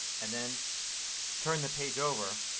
and then turn the page over